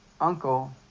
Uncle